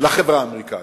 לחברה האמריקנית,